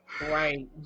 right